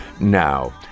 now